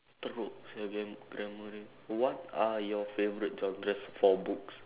teruk sia gram~ grammar dia what are your favourite genres for books